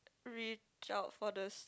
reach out for the